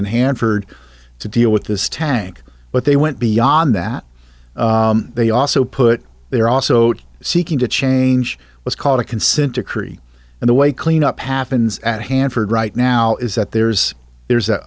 and hanford to deal with this tank but they went beyond that they also put there also seeking to change what's called a consent decree and the way clean up happens at hanford right now is that there's there's a